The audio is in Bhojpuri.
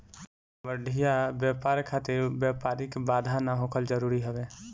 बढ़िया व्यापार खातिर व्यापारिक बाधा ना होखल जरुरी हवे